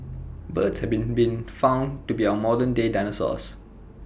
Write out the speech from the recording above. birds have been been found to be our modern day dinosaurs